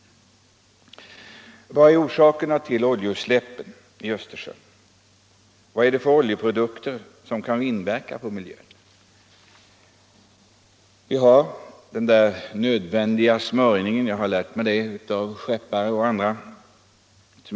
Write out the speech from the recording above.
Vad är orsakerna till oljeutsläppen i Östersjön? Vad är det för oljeprodukter som kan inverka på miljön? Vi har den där nödvändiga smörjningen av cylindrarna — jag har lärt mig det av skeppare och andra.